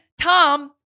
Tom